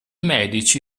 medici